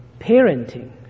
parenting